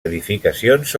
edificacions